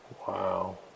Wow